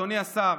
אדוני השר,